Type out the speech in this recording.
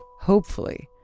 hopefully,